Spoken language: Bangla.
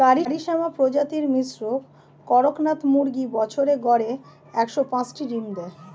কারি শ্যামা প্রজাতির মিশ্র কড়কনাথ মুরগী বছরে গড়ে একশ পাঁচটি ডিম দেয়